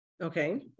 okay